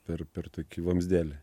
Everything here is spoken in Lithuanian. per per tokį vamzdelį